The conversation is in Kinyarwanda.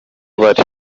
bari